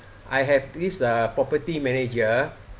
I have this uh property manager